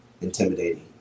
intimidating